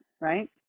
right